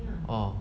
ah